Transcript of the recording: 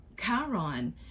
Chiron